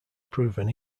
proven